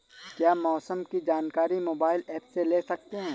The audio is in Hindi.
क्या मौसम की जानकारी मोबाइल ऐप से ले सकते हैं?